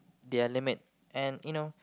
their limit and you know